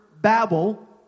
Babel